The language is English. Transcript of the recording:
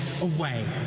away